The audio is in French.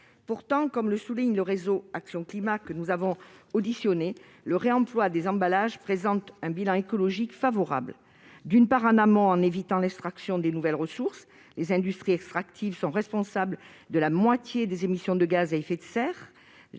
Pourtant, comme le souligne le Réseau Action Climat, que nous avons auditionné, le réemploi des emballages présente un bilan écologique favorable. En amont, il évite l'extraction de nouvelles ressources, sachant que les industries extractives sont responsables de la moitié des émissions de gaz à effet de serre